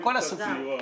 מכל הסוגים.